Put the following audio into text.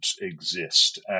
exist